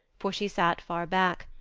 for she sat far back,